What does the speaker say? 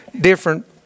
different